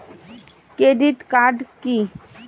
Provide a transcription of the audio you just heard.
Credit card key?